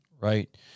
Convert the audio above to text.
right